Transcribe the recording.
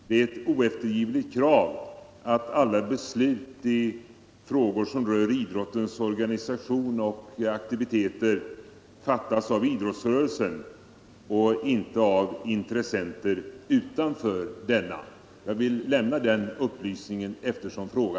Det är ett oeftergivligt krav att alla beslut i frågor som rör idrottens organisation och aktiviteter fattas av idrottsrörelsen och inte av intressenter utanför denna.